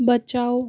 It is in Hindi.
बचाओ